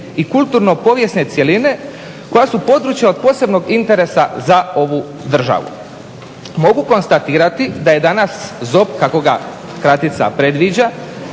i kulturno-povijesne cjeline koja su područja od posebnog interesa za ovu državu. Mogu konstatirati da je danas ZOP, kako ga kratica predviđa,